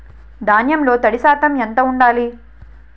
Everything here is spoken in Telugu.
ధాన్యంలో తడి శాతం ఎంత ఉండాలి?